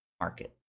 market